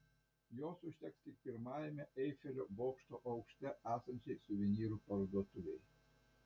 jos užteks tik pirmajame eifelio bokšto aukšte esančiai suvenyrų parduotuvei